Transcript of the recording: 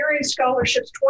scholarships